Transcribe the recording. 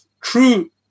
true